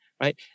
right